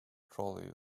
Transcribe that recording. trolley